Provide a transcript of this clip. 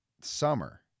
summer